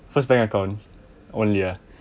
first bank account only ah